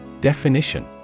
Definition